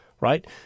right